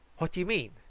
what do you mean?